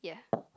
yeah